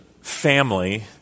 family